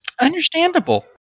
Understandable